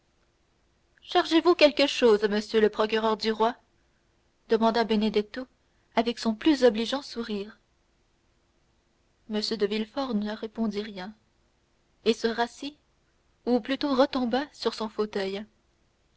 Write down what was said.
cherchez-vous quelque chose monsieur le procureur du roi demanda benedetto avec son plus obligeant sourire m de villefort ne répondit rien et se rassit ou plutôt retomba sur son fauteuil